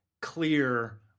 clear